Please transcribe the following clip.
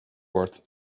worth